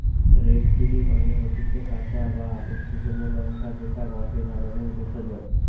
red chilli মানে হতিছে কাঁচা বা শুকলো লঙ্কা যেটা গটে ধরণের ভেষজ